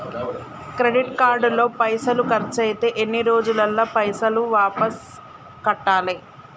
Credit card లో పైసల్ ఖర్చయితే ఎన్ని రోజులల్ల పైసల్ వాపస్ కట్టాలే?